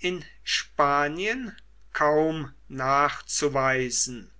in spanien kaum nachzuweisen